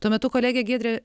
tuo metu kolegė giedrė